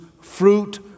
fruit